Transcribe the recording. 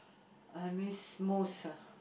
I miss most ah